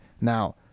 Now